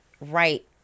right